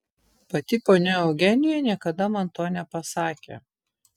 pati ponia eugenija niekada man to nepasakė